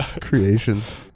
creations